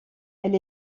elle